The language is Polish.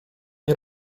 nie